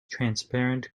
transparent